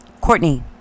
Courtney